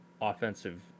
offensive